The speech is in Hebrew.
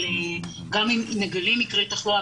הקבוצה ממשיכה להתנהל עם מדריך בקפסולה,